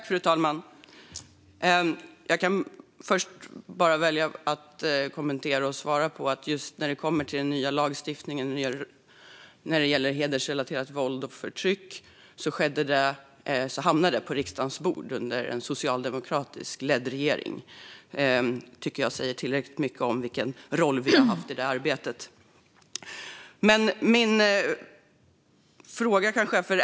Fru talman! Jag väljer först att kommentera och svara angående den nya lagstiftningen när det gäller hedersrelaterat våld och förtryck. Den hamnade på riksdagens bord under en socialdemokratiskt ledd regering, och det tycker jag säger tillräckligt mycket om vilken roll vi har haft i det arbetet.